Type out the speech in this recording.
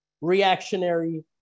reactionary